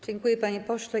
Dziękuję, panie pośle.